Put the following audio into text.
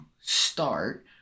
start